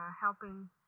helping